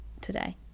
today